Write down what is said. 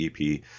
EP